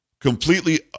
completely